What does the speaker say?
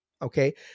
Okay